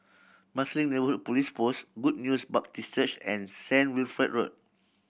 Marsiling Neighbourhood Police Post Good News Baptist Church and Saint Wilfred Road